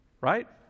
right